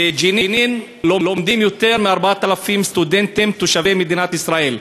בג'נין לומדים יותר מ-4,000 סטודנטים תושבי מדינת ישראל,